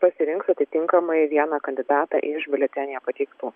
pasirinks atitinkamai vieną kandidatą iš biuletenyje pateiktų